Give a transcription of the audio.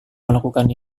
melakukan